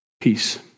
Peace